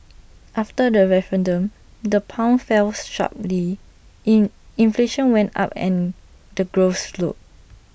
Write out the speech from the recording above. after the referendum the pound fells sharply in inflation went up and the growth slowed